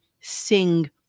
sing